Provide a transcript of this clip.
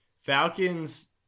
Falcons